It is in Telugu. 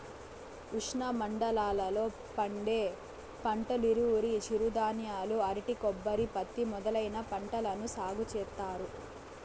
ఉష్ణమండలాల లో పండే పంటలువరి, చిరుధాన్యాలు, అరటి, కొబ్బరి, పత్తి మొదలైన పంటలను సాగు చేత్తారు